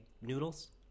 noodles